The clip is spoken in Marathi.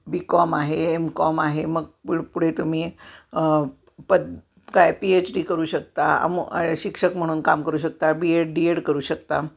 बीकॉम आहे एमकॉम आहे मग पु पुढे तुम्ही पद काय पी एच डी करू शकता अम शिक्षक म्हणून काम करू शकता बीएड डीएड करू शकता